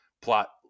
plot